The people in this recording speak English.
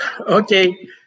Okay